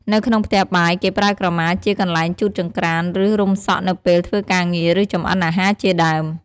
នៅក្នុងផ្ទះបាយ គេប្រើក្រមាជា កន្លែងជូតចង្រ្កាន ឬ រំសក់នៅពេលធ្វើការងារ ឬ ចម្អិនអាហារជាដើម។